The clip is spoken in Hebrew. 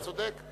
צודק.